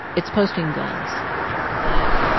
it's posting guns like,